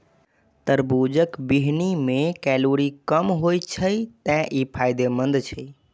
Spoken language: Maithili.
तरबूजक बीहनि मे कैलोरी कम होइ छै, तें ई फायदेमंद छै